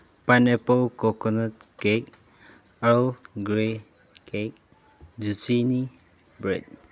pineapple coconut cake al grey cake zucchini bread